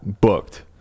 Booked